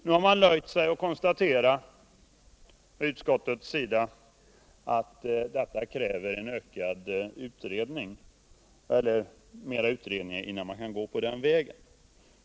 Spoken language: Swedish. Utskottet har nöjt sig med att konstatera att det krävs mer utredning innan man kan gå på den här vägen.